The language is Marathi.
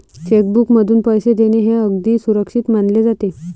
चेक बुकमधून पैसे देणे हे अगदी सुरक्षित मानले जाते